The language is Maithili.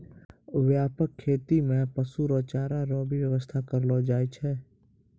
व्यापक खेती मे पशु रो चारा रो भी व्याबस्था करलो जाय छै